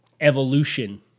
evolution